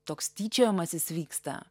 toks tyčiojimasis vyksta